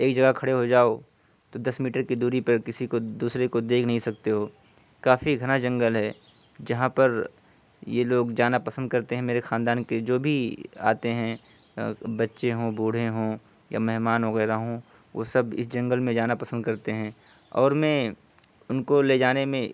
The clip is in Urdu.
ایک جگہ کھڑے ہو جاؤ تو دس میٹر کی دوری پر کسی کو دوسرے کو دیکھ نہیں سکتے ہو کافی گھنا جنگل ہے جہاں پر یہ لوگ جانا پسند کرتے ہیں میرے خاندان کے جو بھی آتے ہیں بچّے ہوں بوڑھے ہوں یا مہمان وغیرہ ہوں وہ سب اس جنگل میں جانا پسند کرتے ہیں اور میں ان کو لے جانے میں